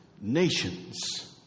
nations